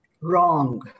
wrong